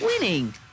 winning